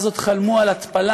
אז עוד חלמו על התפלה